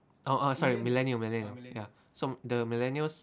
oh ah sorry millennial millennial so the millennials